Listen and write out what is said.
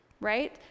Right